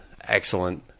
excellent